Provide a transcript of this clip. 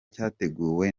cyateguwe